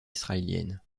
israélienne